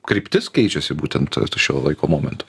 kryptis keičiasi būtent šiuo laiko momentu